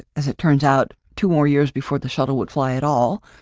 as it turns out, two more years before the shuttle would fly at all.